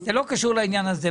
זה לא קשור לעניין הזה.